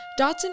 Dotson